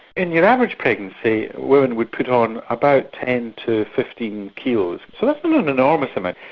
in your average pregnancy women would put on about ten to fifteen kilos so that's not an enormous amount.